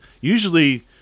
Usually